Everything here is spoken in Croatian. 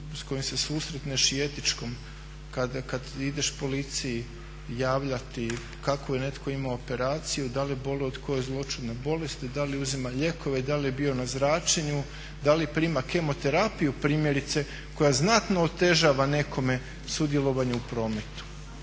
s kojim se susretneš i etičkom kada ideš policiji javljati kako je netko imao operaciju, da li boluje od koje zloćudne bolesti, da li uzima lijekove, da li je bio na zračenju, da li prima kemoterapiju primjerice koja znatno otežava nekome sudjelovanje u prometu,